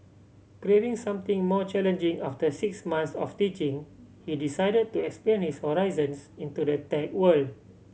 craving something more challenging after six months of teaching he decide to expand his horizons into the tech world